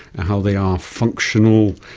how they are functional,